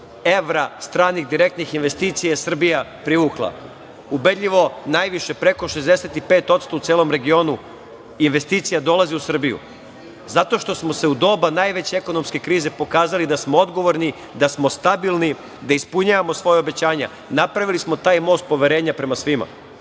evra stranih direktnih investicija je Srbija privukla. Ubedljivo najviše, preko 65% u celom regionu investicija dolaze u Srbiju. Zato što smo se u doba najveće ekonomske krize pokazali da smo odgovorni, da smo stabilni, da ispunjavamo svoja obećanja, napravili smo taj most poverenja prema